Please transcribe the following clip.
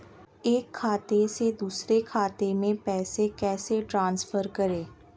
एक खाते से दूसरे खाते में पैसे कैसे ट्रांसफर करें?